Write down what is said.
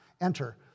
enter